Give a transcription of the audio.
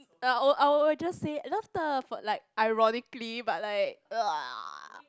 uh uh I will just say love ter for like ironically but like